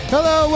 Hello